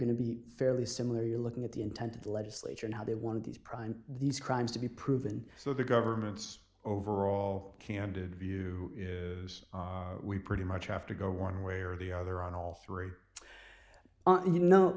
going to be fairly similar you're looking at the intent of the legislature and how they wanted these prime these crimes to be proven so the government's overall candid view we pretty much have to go one way or the other on all three you know